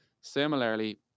Similarly